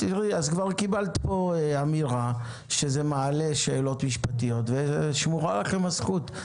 אז כבר קיבלת פה אמירה שזה מעלה שאלות משפטיות ושמורה לכם הזכות,